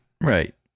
Right